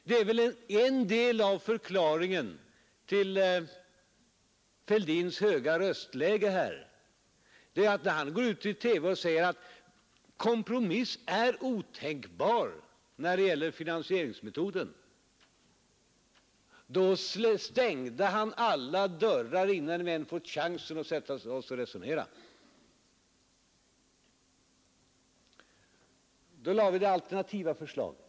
Det är väl en del av förklaringen till herr Fälldins höga röstläge att när han gick ut i TV och sade att kompromiss är otänkbar när det gäller finansieringsmetoden så stängde han alla dörrar innan vi ens fått chansen att sätta oss och resonera. Då lade vi det alternativa förslaget.